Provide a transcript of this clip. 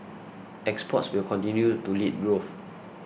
exports will continue to lead growth